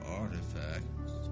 artifacts